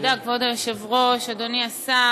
תודה, כבוד היושב-ראש, אדוני השר,